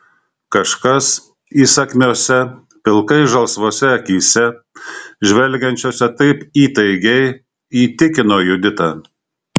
kažkas įsakmiose pilkai žalsvose akyse žvelgiančiose taip įtaigiai įtikino juditą